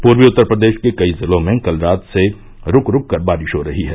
पूर्वी उत्तर प्रदेश के कई जिलों में कल रात से रूक रूक कर बारिश हो रही है